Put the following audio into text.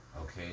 okay